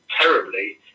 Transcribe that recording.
terribly